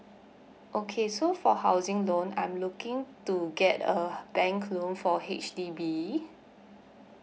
okay so for housing loan I'm looking to get a bank loan for H_D_B